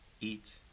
eat